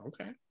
Okay